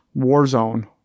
Warzone